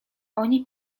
oni